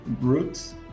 roots